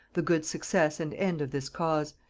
the good success and end of this cause,